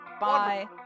Bye